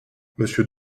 monsieur